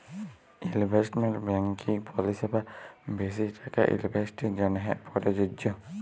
investment banking পরিসেবা বেশি টাকা ইলভেস্টের জ্যনহে পরযজ্য